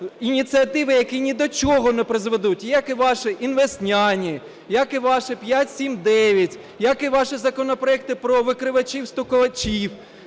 які ні до чого не призведуть, як і ваші "інвестняні", як і ваші "5-7-9", як і ваші законопроекти про "викривачів-стукачів".